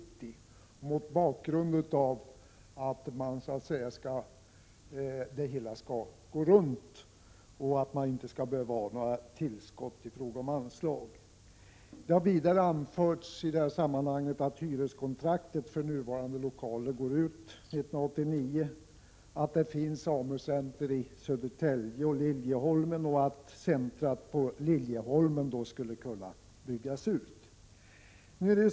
Diskussionen förs mot bakgrund av att det hela så att säga skall gå runt och att man inte skall behöva ytterligare anslag. Vidare har det i detta sammanhang anförts att hyreskontraktet för nuvarande lokaler går ut 1989, att det finns ett AMU-center både i Södertälje och i Liljeholmen och att centret i Liljeholmen skulle kunna byggas ut.